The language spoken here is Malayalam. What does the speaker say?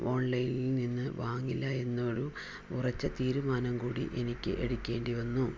ഓൺലൈനിൽ നിന്ന് വാങ്ങില്ല എന്നൊരു ഉറച്ച തീരുമാനം കൂടി എനിക്ക് എടുക്കേണ്ടി വന്നു